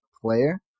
player